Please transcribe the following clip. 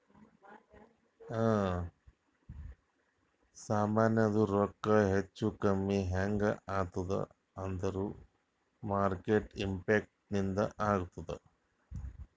ಸಾಮಾಂದು ರೊಕ್ಕಾ ಹೆಚ್ಚಾ ಕಮ್ಮಿ ಹ್ಯಾಂಗ್ ಆತ್ತುದ್ ಅಂದೂರ್ ಮಾರ್ಕೆಟ್ ಇಂಪ್ಯಾಕ್ಟ್ ಲಿಂದೆ ಆತ್ತುದ